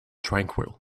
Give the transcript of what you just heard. tranquil